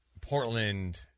Portland